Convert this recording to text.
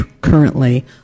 currently